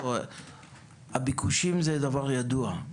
הביקושים זה דבר ידוע.